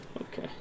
Okay